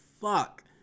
Fuck